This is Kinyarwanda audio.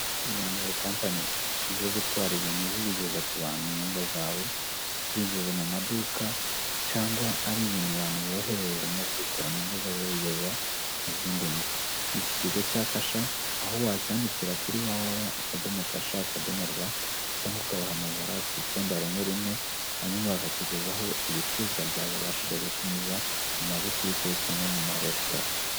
Mu Rwanda hari kampani, zishinzwe gutwara ibintu zibigeza ku bantu mu ngo zabo. Zibiguze mu maduka, cyangwa ari ibintu abantu bohererezanya kubikura mu ngo zabo babigeza mu zindi ngo. Iki kigo cya Kasha aho wacyandikira kuri wa wa wa, akadomo kasha, akadomo rwa cyangwa ukabahamagara ku icyenda rimwe rimwe. Hanyuma bakakugezaho ibicuruzwa wabashije gutumiza, mu mabutike cyangwa mu maresitora.